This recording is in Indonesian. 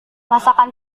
masakan